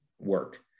work